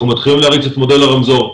אנחנו מתחילים להריץ את מודל הרמזור,